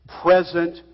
present